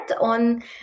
on